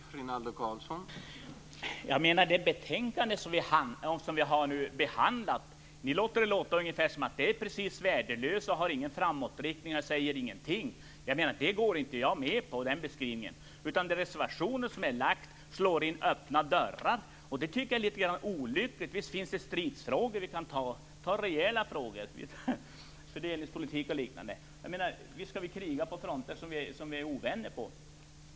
Herr talman! Ni får det att låta som om det betänkande vi nu behandlar är precis värdelöst, att det inte har någon framåtriktning och att det inte säger någonting. Den beskrivningen går jag inte med på. De här reservationerna slår in öppna dörrar. Det tycker jag är litet olyckligt. Visst finns det stridsfrågor vi kan ta upp, vi kan ta upp rejäla frågor; fördelningspolitik och liknande. Visst skall vi kriga på fronter som vi är ovänner på.